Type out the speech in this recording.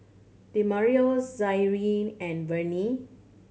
Demario Zaire and Vennie